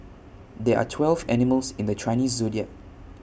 there are twelve animals in the Chinese Zodiac